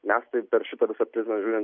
mes tai per šitą visą prizmę